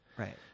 Right